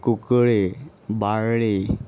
Cuncolim Balli